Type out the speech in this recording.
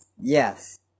Yes